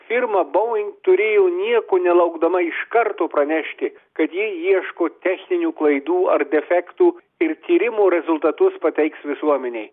firma boeing turėjo nieko nelaukdama iš karto pranešti kad jie ieško techninių klaidų ar defektų ir tyrimų rezultatus pateiks visuomenei